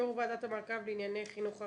יו"ר ועדת המעקב לענייני חינוך ערבי,